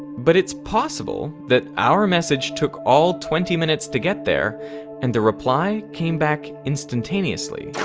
but it's possible that our message took all twenty minutes to get there and the reply came back instantaneously.